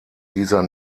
dieser